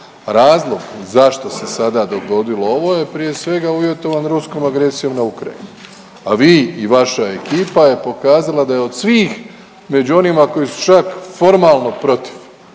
Razlog zašto se sada dogodilo ovo je prije svega uvjetovan ruskom agresijom na Ukrajinu, a vi i vaša ekipa je pokazala da je od svih među onima koji su čak formalno protiv,